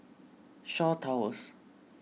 Shaw Towers